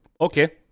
okay